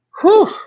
Whew